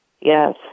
Yes